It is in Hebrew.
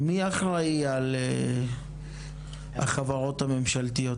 מי אחראי על החברות הממשלתיות?